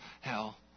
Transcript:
hell